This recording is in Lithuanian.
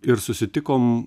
ir susitikom